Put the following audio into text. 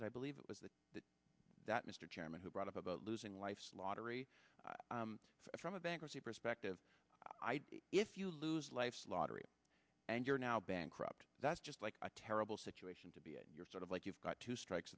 that i believe it was the that mr chairman who brought up about losing life's lottery from a bankruptcy perspective if you lose life's lottery and you're now bankrupt that's just like a terrible situation to be you're sort of like you've got two strikes